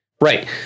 Right